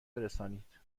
برسانید